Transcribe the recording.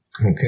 Okay